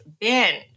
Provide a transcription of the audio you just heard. bin